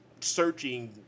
searching